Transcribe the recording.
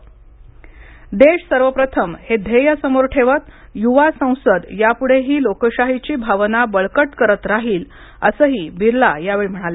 देश सर्वप्रथम हे ध्येय समोर ठेवत युवा संसद यापुढेही लोकशाहीची भावना बळकट करत राहील असंही बिर्ला यावेळी म्हणाले